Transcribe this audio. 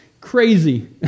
crazy